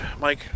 Mike